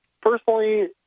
personally